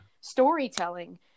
storytelling